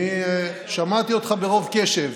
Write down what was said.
אני שמעתי אותך ברוב קשב.